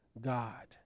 God